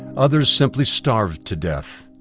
others simply starved to death.